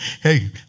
hey